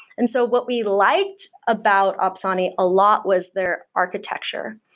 and so what we liked about opsani a lot was their architecture,